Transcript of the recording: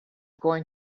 going